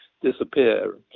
disappear